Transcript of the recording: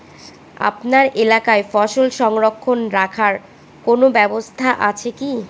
আপনার এলাকায় ফসল সংরক্ষণ রাখার কোন ব্যাবস্থা আছে কি?